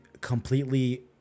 completely